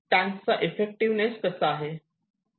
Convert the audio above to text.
tank चा effectiveness कसा आहे